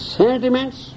sentiments